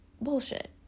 bullshit